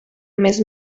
més